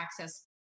access